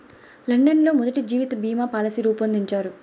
London లో మొదటి జీవిత బీమా పాలసీ రూపొందించారు